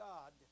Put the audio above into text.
God